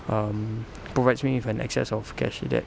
um provides me with an excess of cash that